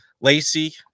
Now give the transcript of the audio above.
Lacey